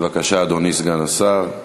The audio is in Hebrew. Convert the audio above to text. בבקשה, אדוני סגן השר.